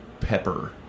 pepper